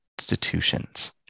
institutions